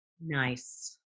Nice